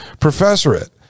professorate